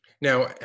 Now